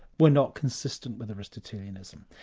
were not consistent with aristotelianism.